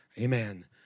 Amen